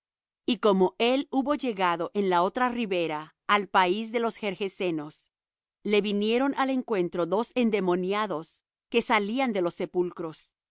y como él hubo llegado en la otra ribera al país de los gergesenos le vinieron al encuentro dos endemoniados que salían de los sepulcros